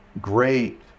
great